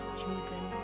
children